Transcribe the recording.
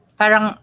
parang